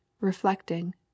reflecting